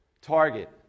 target